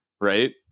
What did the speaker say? right